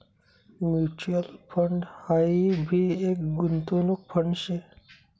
mutual fund हाई भी एक गुंतवणूक फंड शे